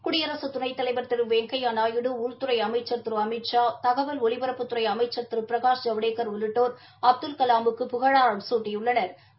குடியரசு துணைத்தலைவர் திரு வெங்கையா நாயுடு உள்தறை அமைச்சர் திரு அமித்ஷா தகவல் ஒலிபரப்புத்துறை அமைச்சா் திரு பிரகாஷ் ஜவடேக்கா் உள்ளிட்டோா் அப்துல் கலாமுக்கு புகழாரம் சூட்டியுள்ளனா்